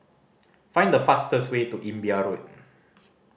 find the fastest way to Imbiah Road